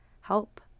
help